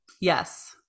Yes